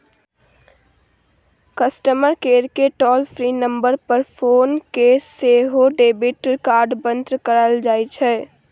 customer केयरकेँ toll free number पर phone कए सेहो डेबिट कार्ड बन्न कराएल जाइ छै